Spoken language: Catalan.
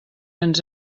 ens